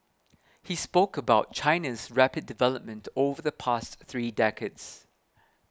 he spoke about China's rapid development over the past three decades